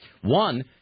One